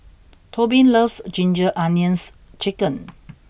Tobin loves ginger onions chicken